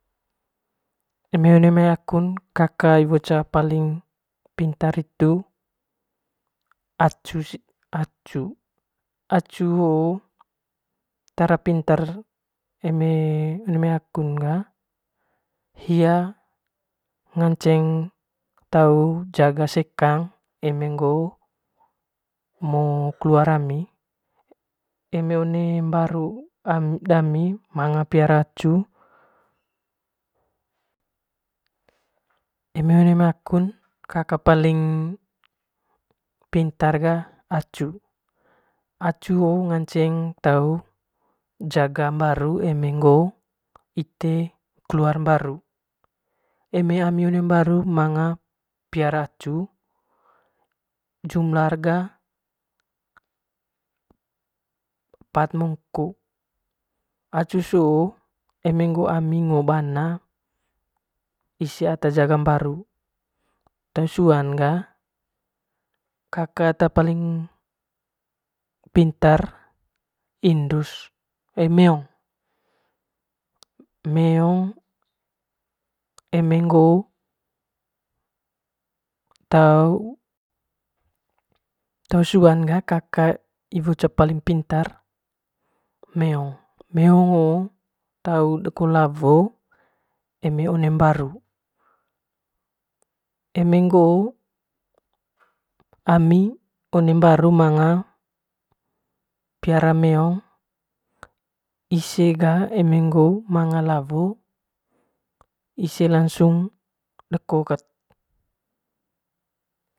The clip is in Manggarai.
Eme one ai kaun kaka ta paling pintar hitu acu, acu ho'o tara pitar eme one mai akun ga hia ngance tau jaga sekang eme mo keluar ami eme one mbaru dami manga peliara acu, eme one mai akun kaka paling pintar ga acu acu ho ngaceng tau jaga mbaru eme ngo'o ite keluar mbbaru eme ami hio one mbaru manga peliara acu jumlah gra pat mongko acu so eme ami ngo bana ise ata jaga mabru te suan ga kaka paling intar indus meong eme ngo tau te suan ga kaka te paling pintarn ga meong meong ho'o tau deko lawo one mbaru eme ngo'o ami one mbaru manga piara meong ise ga eme ngo'o manga lawo ise lansung deko kat.